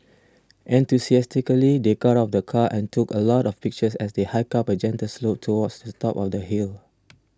enthusiastically they got of the car and took a lot of pictures as they hiked up a gentle slope towards the top of the hill